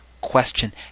question